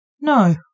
No